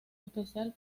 especial